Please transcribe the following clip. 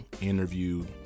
interview